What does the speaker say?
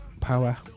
power